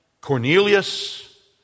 Cornelius